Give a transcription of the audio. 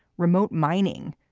remote mining,